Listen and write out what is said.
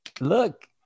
look